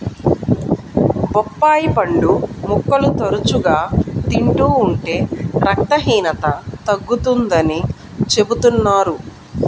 బొప్పాయి పండు ముక్కలు తరచుగా తింటూ ఉంటే రక్తహీనత తగ్గుతుందని చెబుతున్నారు